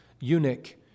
eunuch